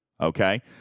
Okay